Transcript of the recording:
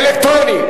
אלקטרוני.